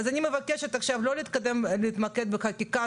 אז אני מבקשת עכשיו לא להתמקד בחקיקה,